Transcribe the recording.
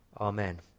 Amen